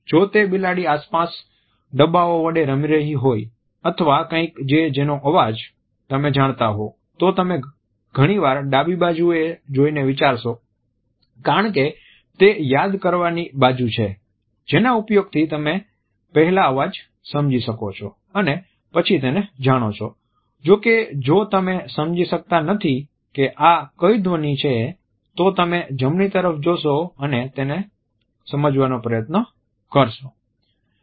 જો તે બિલાડી આસપાસ ડબાઓ વડે રમી રહી હોય અથવા કંઈક કે જેનો અવાજ તમે જાણતા હોવ તો તમે ઘણીવાર ડાબી બાજુએ જોઇને વિચારશો કારણ કે તે યાદ કરવાની બાજુ છે જેના ઉપયોગથી તમે પહેલા અવાજ સમજી શકો છો અને પછી તેને જાણો છો જો કે જો તમે સમજી શકતા નથી કે આ કઈ ધ્વનિ છે તો તમે જમણી તરફ જોશો અને તેને સમજવાનો પ્રયત્ન કરશો